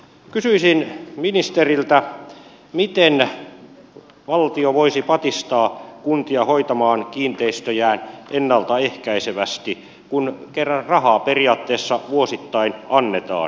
kysyisin ministeriltä miten valtio voisi patistaa kuntia hoitamaan kiinteistöjään ennalta ehkäisevästi kun kerran rahaa periaatteessa vuosittain annetaan